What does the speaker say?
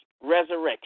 resurrection